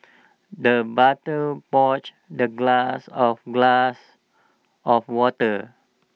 the butler the glass of glass of water